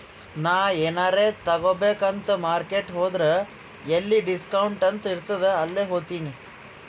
ನಾ ಎನಾರೇ ತಗೋಬೇಕ್ ಅಂತ್ ಮಾರ್ಕೆಟ್ ಹೋದ್ರ ಎಲ್ಲಿ ಡಿಸ್ಕೌಂಟ್ ಅಂತ್ ಇರ್ತುದ್ ಅಲ್ಲೇ ಹೋತಿನಿ